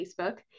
Facebook